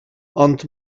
ond